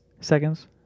seconds